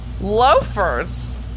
loafers